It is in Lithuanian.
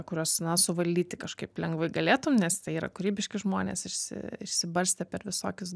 kuriuos na suvaldyti kažkaip lengvai galėtum nes tai yra kūrybiški žmonės išsi išsibarstę per visokius